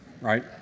right